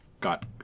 Got